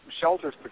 shelters